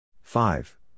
Five